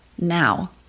Now